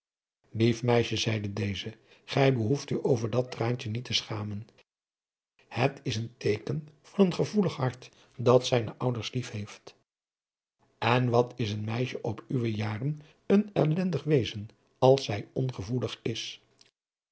lief meisje zeide deze gij behoeft u over dat traantje niet te schamen het is een teeken van een gevoelig hart dat zijne ouders lief heeft en wat is een meisje op uwe jaren een ellendig wezen als zij ongevoelig is